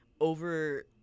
over